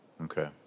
Okay